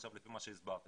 לפי מה שהסברתם.